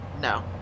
No